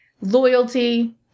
loyalty